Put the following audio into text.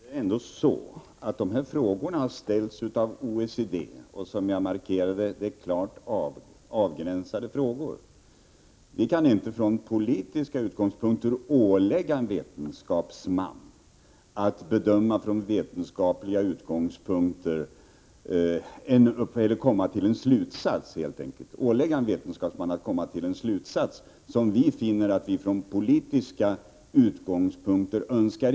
Fru talman! Det är ändå så att frågorna har ställts av OECD. Som jag markerade var det klart avgränsade frågor. Vi kan inte i ett sådant här fall ålägga en vetenskapsman att komma fram till en slutsats som vi från politiska utgångspunkter finner önskvärd.